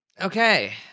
Okay